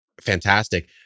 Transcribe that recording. fantastic